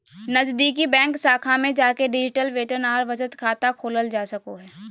नजीदीकि बैंक शाखा में जाके डिजिटल वेतन आर बचत खाता खोलल जा सको हय